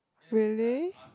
really